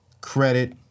credit